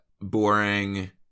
boring